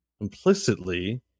implicitly